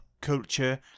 culture